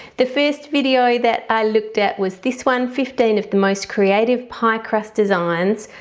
the first video that i looked at was this one fifteen of the most creative pie crust designs.